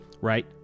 Right